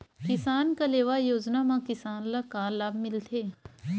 किसान कलेवा योजना म किसान ल का लाभ मिलथे?